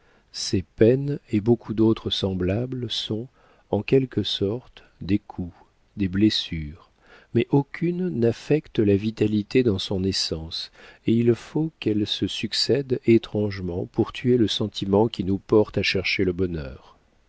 ces peines et beaucoup d'autres semblables sont en quelque sorte des coups des blessures mais aucune n'affecte la vitalité dans son essence et il faut qu'elles se succèdent étrangement pour tuer le sentiment qui nous porte à chercher le bonheur